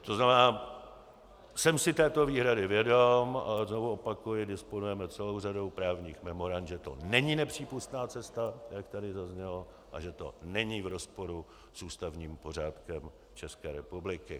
To znamená, jsem si této výhrady vědom, znovu opakuji, disponujeme celou řadou právních memorand, že to není nepřípustná cesta, jak tu zaznělo, a že to není v rozporu s ústavním pořádkem České republiky.